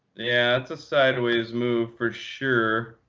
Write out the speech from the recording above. yeah, it's a sideways move for sure.